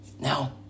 Now